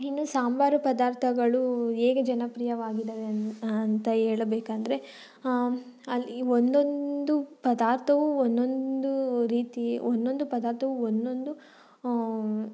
ಇನ್ನು ಸಾಂಬಾರು ಪದಾರ್ಥಗಳು ಹೇಗೆ ಜನಪ್ರಿಯವಾಗಿದ್ದಾವೆ ಅನ್ನು ಅಂತ ಹೇಳಬೇಕಂದ್ರೆ ಅಲ್ಲಿ ಒಂದೊಂದು ಪದಾರ್ಥವು ಒಂದೊಂದು ರೀತಿ ಒಂದೊಂದು ಪದಾರ್ಥವು ಒಂದೊಂದು